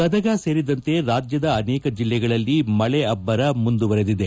ಗದಗ ಸೇರಿದಂತೆ ರಾಜ್ಯದ ಅನೇಕ ಜಿಲ್ಲೆಗಳಲ್ಲಿ ಮಳೆ ಅಭ್ದರ ಮುಂದುವರೆದಿದೆ